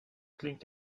klingt